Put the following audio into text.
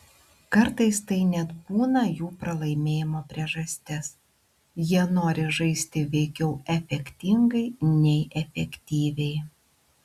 kartais tai net būna jų pralaimėjimo priežastis jie nori žaisti veikiau efektingai nei efektyviai